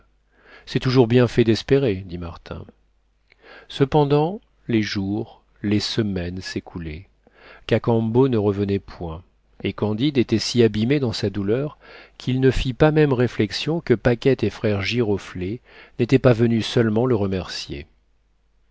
c'est toujours bien fait d'espérer dit martin cependant les jours les semaines s'écoulaient cacambo ne revenait point et candide était si abîmé dans sa douleur qu'il ne fit pas même réflexion que paquette et frère giroflée n'étaient pas venus seulement le remercier